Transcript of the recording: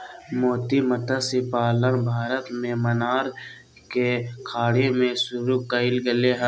मोती मतस्य पालन भारत में मन्नार के खाड़ी में शुरु कइल गेले हल